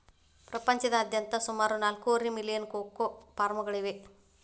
ಪ್ರಪಂಚದಾದ್ಯಂತ ಸುಮಾರು ನಾಲ್ಕೂವರೆ ಮಿಲಿಯನ್ ಕೋಕೋ ಫಾರ್ಮ್ಗಳಿವೆ